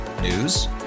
News